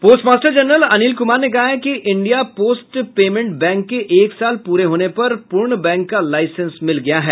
post master general Anil Kumar ने कहा है कि इंडिया पोस्ट पेमेंट बैंक के एक साल पूरे होने पर पूर्ण बैंक का लाईसेंस मिल गया है